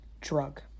drug